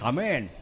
Amen